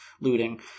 looting